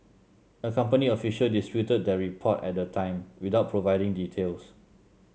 a company official disputed that report at the time without providing details